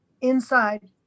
inside